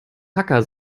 hacker